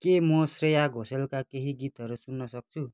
के म श्रेया घोषालका केही गीतहरू सुन्न सक्छु